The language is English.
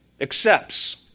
accepts